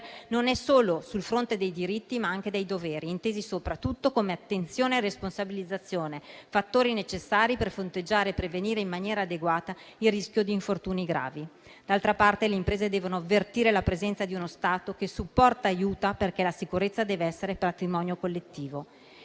non solo dei diritti, ma anche dei doveri, intesi soprattutto come attenzione e responsabilizzazione, fattori necessari per fronteggiare e prevenire in maniera adeguata il rischio di infortuni gravi. Dall'altra parte, le imprese devono avvertire la presenza di uno Stato che supporta e aiuta perché la sicurezza deve essere patrimonio collettivo.